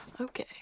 Okay